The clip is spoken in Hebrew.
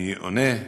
אני עונה,